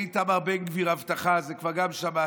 הבטחה לאיתמר בן גביר, גם את זה כבר שמעתי,